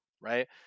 right